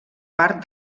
part